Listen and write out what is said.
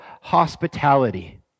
hospitality